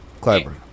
Clever